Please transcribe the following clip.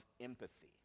empathy